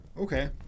Okay